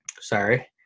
sorry